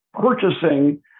purchasing